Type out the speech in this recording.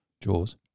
Jaws